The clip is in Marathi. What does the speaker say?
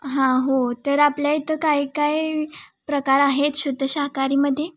हां हो तर आपल्या इथं काही काय प्रकार आहेत शुद्ध शाकाहारीमध्ये